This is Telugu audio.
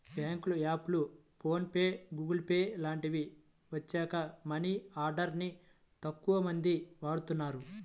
బ్యేంకుల యాప్లు, ఫోన్ పే, గుగుల్ పే లాంటివి వచ్చాక మనీ ఆర్డర్ ని తక్కువమంది వాడుతున్నారు